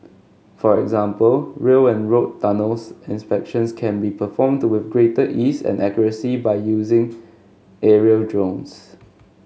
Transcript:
for example rail and road tunnels inspections can be performed with greater ease and accuracy by using aerial drones